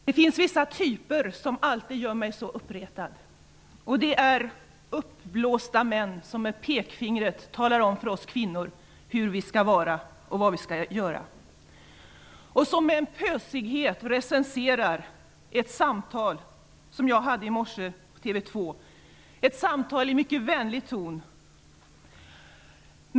Herr talman! Det finns vissa typer som alltid gör mig så uppretad. Det är upplåsta män som med pekfingret talar om för oss kvinnor hur vi skall vara och vad vi skall göra och som med pösighet recenserar ett samtal som jag hade i morse på TV 2. Det var ett samtal i mycket vänlig ton.